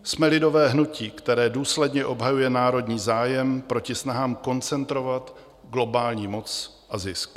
Jsme lidové hnutí, které důsledně obhajuje národní zájem proti snahám koncentrovat globální moc a zisk.